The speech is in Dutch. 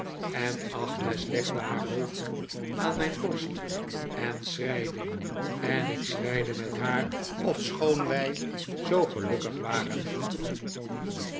en agnes legde haar hoofd aan mijn borst en schreide en ik schreitie met haar ofschoon wij zoo gelukkig waren